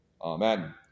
Amen